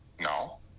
no